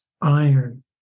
iron